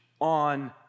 on